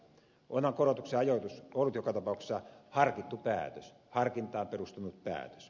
onhan korotuksen ajoitus ollut joka tapauksessa harkintaan perustunut päätös